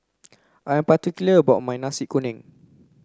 I am particular about my nasi kuning